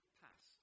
pass